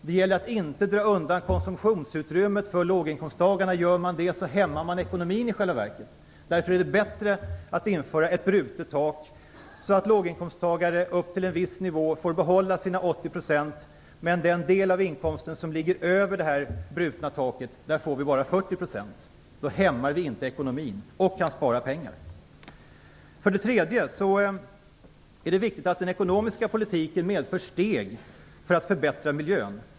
Det gäller att inte dra undan konsumtionsutrymmet för låginkomsttagarna. Gör man det hämmar man i själva verket ekonomin. Därför är det bättre att införa ett brutet tak så att låginkomsttagare upp till en viss nivå får behålla sina 80 %. Den del av inkomsten som ligger över det brutna taket får man bara 40 % av. Då hämmar vi inte ekonomin och kan spara pengar. För det tredje: Det är viktigt att den ekonomiska politiken medför steg för att förbättra miljön.